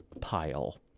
pile